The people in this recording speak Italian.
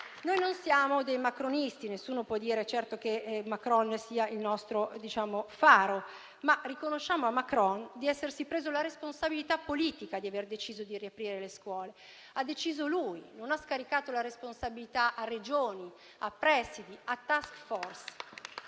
Non siamo macronisti e nessuno può certo dire che Macron sia il nostro faro, ma gli riconosciamo di essersi preso la responsabilità politica di aver deciso di riaprire le scuole: ha deciso lui e non ha scaricato la responsabilità su Regioni, prèsidi o *task force*.